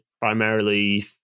primarily